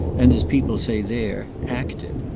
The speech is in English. and, as people say there, act it.